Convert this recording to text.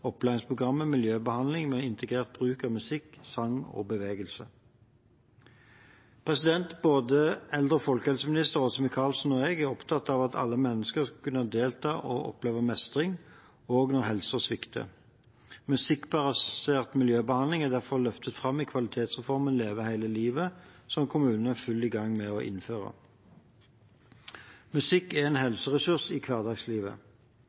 i miljøbehandling med integrert bruk av musikk, sang og bevegelse. Både eldre- og folkehelseminister Åse Michaelsen og jeg er opptatt av at alle mennesker skal kunne delta og oppleve mestring, også når helsen svikter. Musikkbasert miljøbehandling er derfor løftet fram i kvalitetsreformen Leve hele livet, som kommunene er i full gang med å innføre. Musikk er en helseressurs i